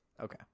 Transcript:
Okay